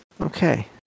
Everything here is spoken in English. Okay